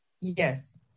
Yes